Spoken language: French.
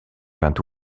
vint